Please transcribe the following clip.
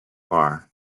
bar